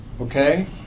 Okay